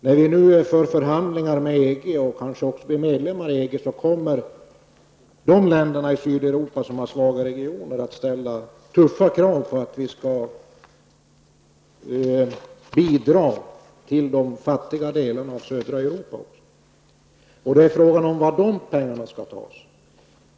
När vi nu har förhandlingar med EG och kanske också blir medlemmar, kommer de länder i Sydeuropa som har svaga regioner att ställa tuffa tag på att vi skall bidra till de fattiga delarna av södra Europa också. Var skall de pengarna tas?